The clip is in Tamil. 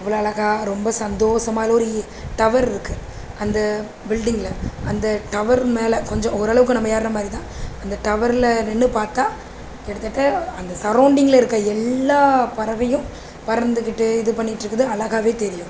அவ்வளோ அழகா ரொம்ப சந்தோசமாக ஒரு இ டவர்ருக்கு அந்த பில்டிங்கில் அந்த டவர் மேலே கொஞ்சம் ஓரளவுக்கு நம்ம ஏர்ற மாதிரிதான் அந்த டவரில் நின்று பார்த்தா கிட்டத்தட்ட அந்த சரவுண்டிங்கில் இருக்கற எல்லா பறவையும் பறந்துக்கிட்டு இது பண்ணிட்டுருக்குது அழகாவே தெரியும்